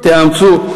תאמצו.